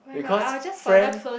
because friend